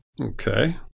Okay